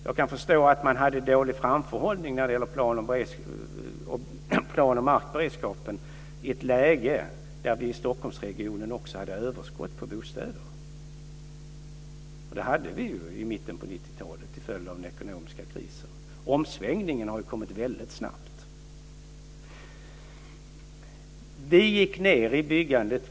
Jag kan förstå att man hade dålig framförhållning när det gäller plan och markberedskapen i ett läge då vi i Stockholmsregionen också hade ett överskott på bostäder. Det hade vi ju i mitten av 90-talet till följd av den ekonomiska krisen. Omsvängningen har ju kommit väldigt snabbt. Vi gick ned för lågt i byggandet.